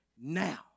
now